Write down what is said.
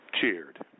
cheered